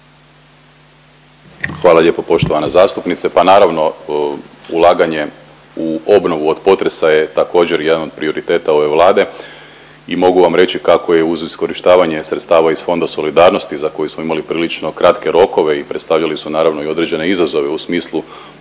Hvala lijepo poštovana zastupnice, pa naravno ulaganje u obnovu od potresa je također jedan od prioriteta ove Vlade i mogu vam reći kako je uz iskorištavanje sredstava iz Fonda solidarnosti za koje smo imali prilično kratke rokove i predstavljali su naravno i određene izazove u smislu